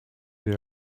der